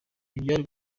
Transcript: ntibyari